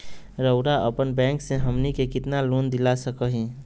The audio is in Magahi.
रउरा अपन बैंक से हमनी के कितना लोन दिला सकही?